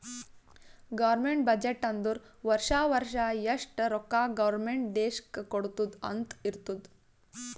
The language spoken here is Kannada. ಗೌರ್ಮೆಂಟ್ ಬಜೆಟ್ ಅಂದುರ್ ವರ್ಷಾ ವರ್ಷಾ ಎಷ್ಟ ರೊಕ್ಕಾ ಗೌರ್ಮೆಂಟ್ ದೇಶ್ಕ್ ಕೊಡ್ತುದ್ ಅಂತ್ ಇರ್ತುದ್